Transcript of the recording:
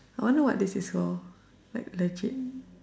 I wonder what this is for like legit